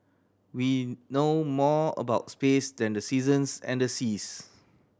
we know more about space than the seasons and the seas